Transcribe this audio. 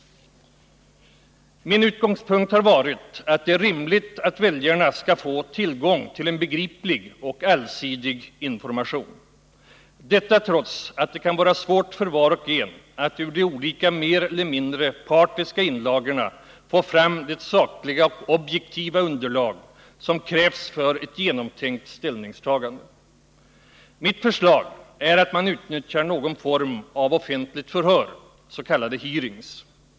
Min utgångspunkt har varit att det är rimligt att väljarna skall få tillgång till en begriplig och allsidig information — detta trots att det kan vara svårt för var och en att ur de olika, mer eller mindre partiska, inlagorna få fram det sakliga och objektiva underlag som krävs för ett genomtänkt ställningstagande. Mitt förslag är att man utnyttjar någon form av offentligt förhör, s.k. hearings.